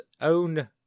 own